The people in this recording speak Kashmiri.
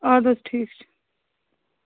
اَدٕ حظ ٹھیٖک چھُ